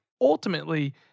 ultimately